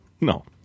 No